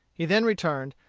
he then returned,